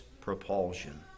propulsion